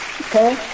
Okay